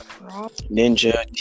ninja